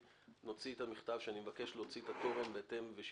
נוציא מכתב שאומר שאני מבקש להוציא את התורן ושיבדקו,